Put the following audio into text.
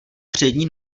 přední